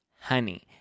honey